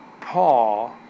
Paul